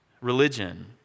religion